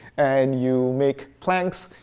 and you make planks.